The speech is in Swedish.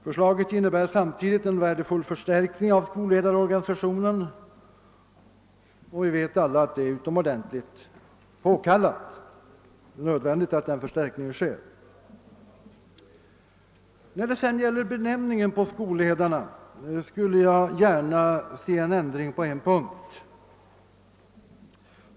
Förslaget innebär samtidigt en värdefull förstärkning av skolledarorganisationen. Vi vet alla att en sådan är utomordentligt nödvändig. När det gäller benämningen på skolledarna skulle jag gärna se ändring i ett avseende.